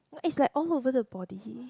it's like all over the body